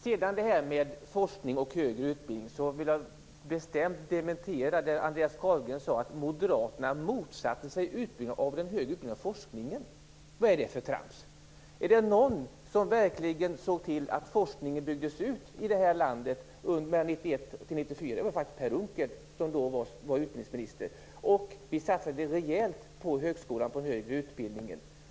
När det gäller forskning och högre utbildning vill jag bestämt dementera det Andreas Carlgren sade om att Moderaterna motsatte sig utbyggnaden av den högre utbildningen och forskningen. Vad är det för trams? Är det någon som verkligen såg till att forskningen byggdes ut i det här landet 1991-1994, var det Per Unckel som då var utbildningsminister. Vi satsade rejält på högskolan och den högre utbildningen.